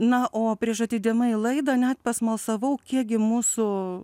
na o prieš ateidama į laidą net pasmalsavau kiek gi mūsų